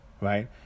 right